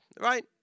right